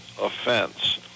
offense